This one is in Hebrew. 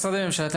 משרדי הממשלה,